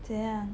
怎样